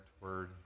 word